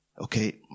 Okay